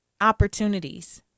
opportunities